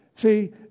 See